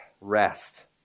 rest